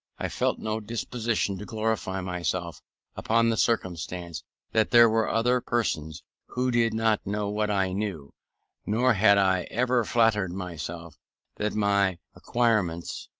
i felt no disposition to glorify myself upon the circumstance that there were other persons who did not know what i knew nor had i ever flattered myself that my acquirements,